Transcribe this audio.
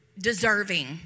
deserving